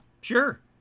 Sure